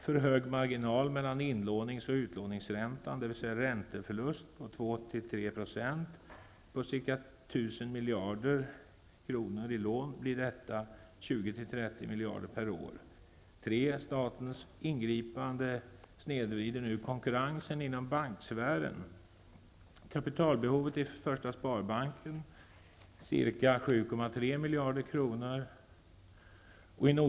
Strukturomvandlingen påverkas och krisen ''mörkas'' .-- Sämre konkurrens medför högre räntevillkor. Utländska konkurrenter hindras att vinna marknadsandelar.